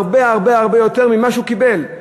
הרבה הרבה הרבה יותר ממה שהוא קיבל.